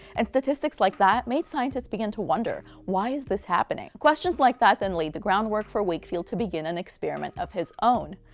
and statistics like that made scientists begin to wonder, why is this happening? questions like that then laid the groundwork for wakefield to begin an experiment of his own.